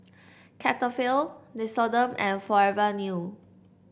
Cetaphil Nixoderm and Forever New